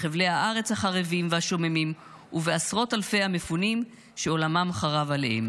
בחבלי הארץ החרבים והשוממים ובעשרות אלפי המפונים שעולמם חרב עליהם.